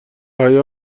حیا